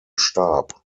starb